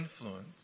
influence